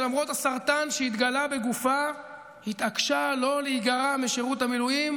שלמרות הסרטן שהתגלה בגופה התעקשה לא להיגרע משירות המילואים,